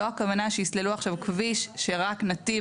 לא הכוונה שיסללו עכשיו כביש שרק נתיב